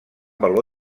valor